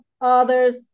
others